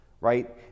right